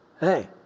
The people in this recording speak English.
Hey